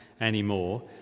anymore